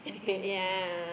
very tiring eh